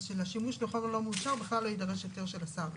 אז שלשימוש בחומר לא מאושר בכלל לא יידרש היתר של השר,